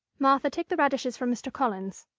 martha, take the radishes from mr. collins.